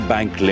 Bank